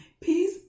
Peace